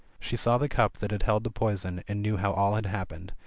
she saw the cup that had held the poison, and knew how all had happened,